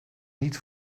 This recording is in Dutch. niet